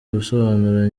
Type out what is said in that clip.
busobanuro